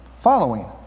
following